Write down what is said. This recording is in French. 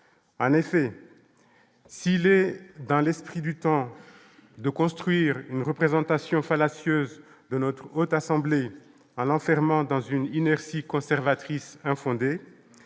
en effet, s'il est dans l'esprit du temps de construire une représentation fallacieuse de notre autre assemblée à l'enfermement dans une inertie conservatrice infondées,